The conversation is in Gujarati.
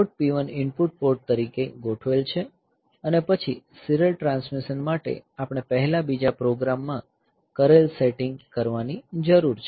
પોર્ટ P1 ઇનપુટ પોર્ટ તરીકે ગોઠવેલ છે અને પછી સીરીયલ ટ્રાન્સમિશન માટે આપણે પહેલા બીજા પ્રોગ્રામ માં કરેલ સેટિંગ કરવાની જરૂર છે